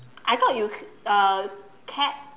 I thought you uh cat